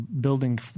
building